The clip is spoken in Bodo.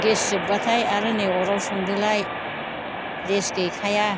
गेस जोबबाथाय आरो नै अरआव संदोलाय रेस गैखाया